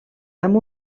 amb